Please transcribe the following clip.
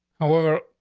however,